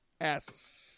Asses